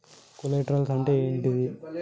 Collaterals అంటే ఏంటిది?